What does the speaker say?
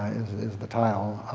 is the title.